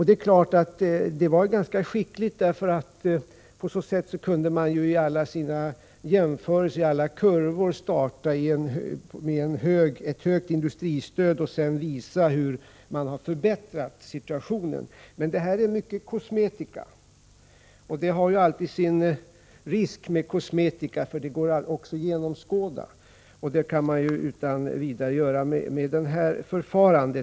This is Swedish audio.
Det var naturligtvis ganska skickligt att göra så, för på så sätt kunde man låta alla jämförelser och alla kurvor starta med ett högt industristöd och sedan visa hur man har förbättrat situationen. Men det här är mycket av kosmetika, och det har alltid sina risker att använda kosmetika, för det går att genomskåda. Det kan man utan vidare göra även med detta förfarande.